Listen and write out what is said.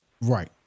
Right